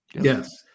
yes